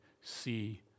see